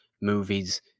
movies